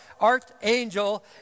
archangel